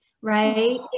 Right